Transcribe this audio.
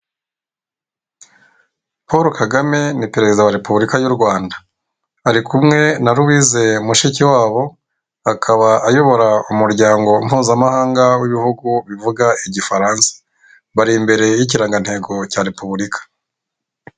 Paul Kagame ni perezida wa repubulika y'u rwanda ari kumwe na louise Mushikiwabo akaba ayobora umuryango mpuzamahanga w'ibihugu bivuga igifaransa barire imbereye yikirangantego cya repubulika.